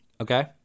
Okay